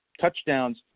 touchdowns